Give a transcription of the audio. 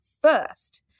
first